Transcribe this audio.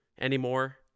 anymore